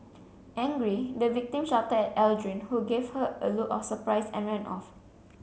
angry the victim shouted at Aldrin who gave her a look of surprise and ran off